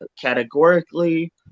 categorically